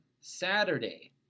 Saturday